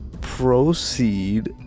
Proceed